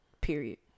period